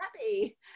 happy